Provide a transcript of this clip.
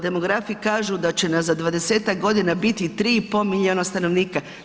Demografi kažu da će nas za 20-tak godina biti 3 i pol milijuna stanovnika.